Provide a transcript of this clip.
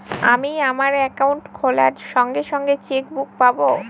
আমি আমার একাউন্টটি খোলার সঙ্গে সঙ্গে চেক বুক পাবো?